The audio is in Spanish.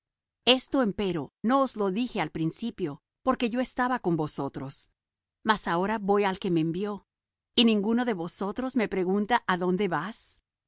esto empero no os lo dije al principio porque yo estaba con vosotros mas ahora voy al que me envió y ninguno de vosotros me pregunta adónde vas